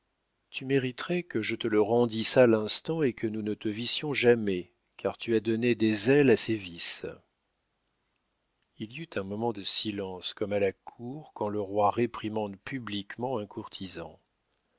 tu mériterais que je te le rendisse à l'instant et que nous ne te vissions jamais car tu as donné des ailes à ses vices il y eut un moment de silence comme à la cour quand le roi réprimande publiquement un courtisan